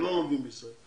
שלא לומדים בישראל,